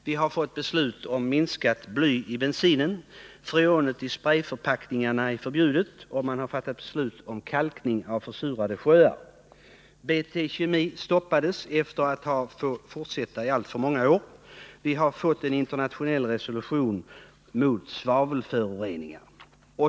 Vidare har vi fått ett beslut om minskning av blyhalten i bensinen. Freonet i sprejförpackningarna är förbjudet, och man har också fattat beslut om kalkning av försurade sjöar. BT-Kemi AB stoppades efter att ha fått fortsätta i alltför många år. Vidare har vi fått en internationell resolution mot svavelföroreningar.